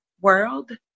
world